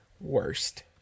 worst